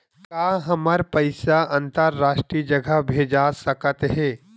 का हमर पईसा अंतरराष्ट्रीय जगह भेजा सकत हे?